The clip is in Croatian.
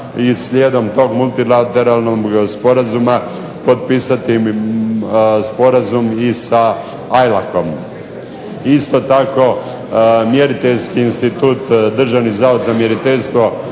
i slijedom tog multilateralnog sporazuma potpisati sporazum i sa IALAC-om. Isto tako Mjeriteljski institut, Državni zavod za mjeriteljstvo